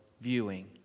viewing